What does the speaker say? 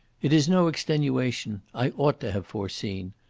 it is no extenuation. i ought to have foreseen.